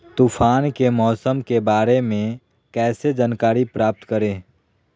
तूफान के मौसम के बारे में कैसे जानकारी प्राप्त करें?